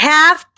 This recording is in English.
Half